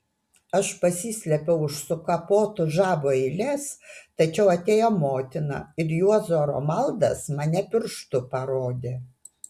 aš pasislėpiau už sukapotų žabų eilės tačiau atėjo motina ir juozo romaldas mane pirštu parodė